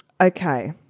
Okay